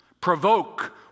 Provoke